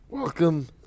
Welcome